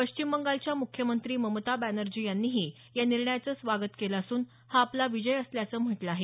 पश्चिम बंगालच्या मुख्यमंत्री ममता बॅनर्जी यांनीही या निर्णयाचं स्वागत केलं असून हा आपला विजय असल्याचं म्हटलं आहे